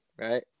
right